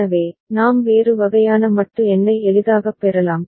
எனவே நாம் வேறு வகையான மட்டு எண்ணை எளிதாகப் பெறலாம்